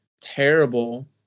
terrible